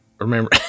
remember